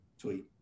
tweet